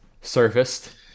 surfaced